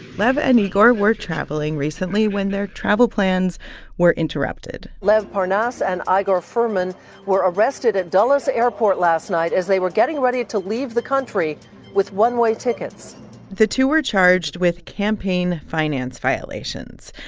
lev and igor were traveling recently when their travel plans were interrupted lev parnas and ah igor fruman fruman were arrested at dulles airport last night as they were getting ready to leave the country with one-way tickets the two were charged with campaign finance violations.